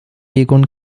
egon